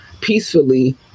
peacefully